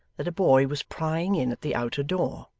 that a boy was prying in at the outer door.